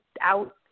out